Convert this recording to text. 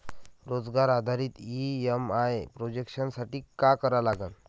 रोजगार आधारित EMI projection साठी का करा लागन?